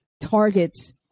targets